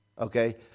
Okay